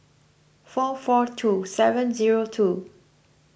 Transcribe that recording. four four two seven zero two